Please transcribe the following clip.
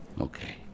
Okay